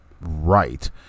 right